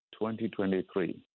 2023